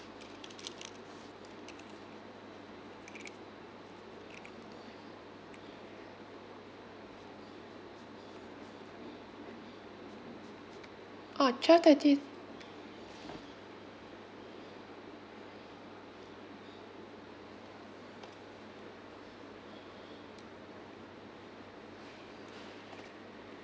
orh twelve thirty